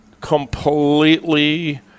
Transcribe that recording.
completely